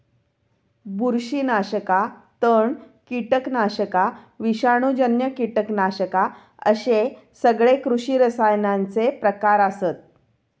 बुरशीनाशका, तण, कीटकनाशका, विषाणूजन्य कीटकनाशका अश्ये सगळे कृषी रसायनांचे प्रकार आसत